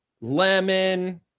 lemon